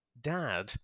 dad